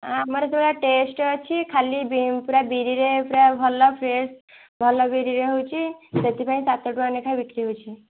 ଆ ଆମର ପୁରା ଟେଷ୍ଟ ଅଛି ଖାଲି ପୁରା ବିରିରେ ପୁରା ଭଲ ଫ୍ରେସ୍ ଭଲ ବିରିରେ ହଉଛି ସେଥିପାଇଁ ସାତ ଟଙ୍କା ଲେଖା ବିକ୍ରି ହଉଛି